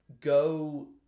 go